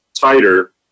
tighter